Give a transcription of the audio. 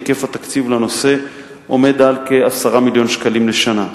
היקף התקציב לנושא עומד על כ-10 מיליון ש"ח לשנה.